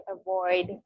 avoid